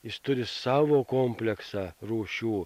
jis turi savo kompleksą rūšių